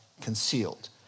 concealed